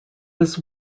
was